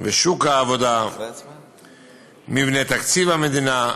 ושוק העבודה, מבנה תקציב המדינה,